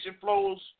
flows